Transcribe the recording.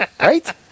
Right